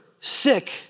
sick